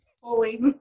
fully